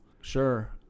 Sure